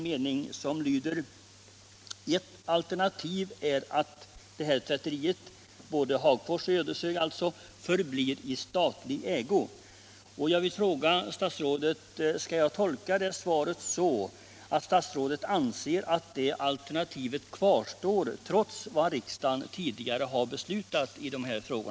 Meningen lyder: ”Ett alternativ är” — det gäller tvätterierna i Hagfors och Ödeshög — ”att de förblir i statlig ägo.” Jag vill fråga statsrådet om jag skall tolka det beskedet så, att statsrådet anser att detta alternativ kvarstår, trots vad riksdagen tidigare har beslutat i dessa frågor.